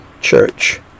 Church